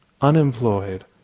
unemployed